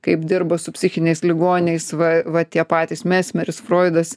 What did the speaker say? kaip dirba su psichiniais ligoniais va va tie patys mesmeris froidas